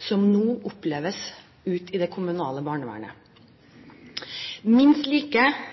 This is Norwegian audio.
som nå oppleves ute i det kommunale barnevernet. Minst like